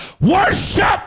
Worship